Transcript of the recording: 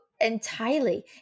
entirely